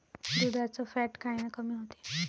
दुधाचं फॅट कायनं कमी होते?